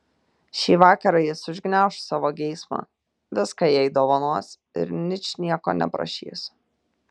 šį vakarą jis užgniauš savo geismą viską jai dovanos ir ničnieko neprašys